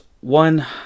one